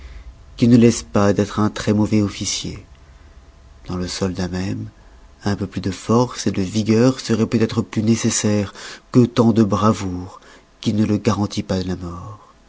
qui ne laisse pas d'être un très-mauvais officier dans le soldat même un peu plus de force de vigueur seroit peut-être plus nécessaire que tant de bravoure qui ne le garantit pas de la mort